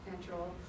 natural